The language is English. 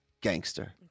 gangster